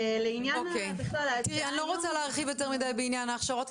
אני לא רוצה להרחיב יותר מדי בעניין ההכשרות.